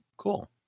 Cool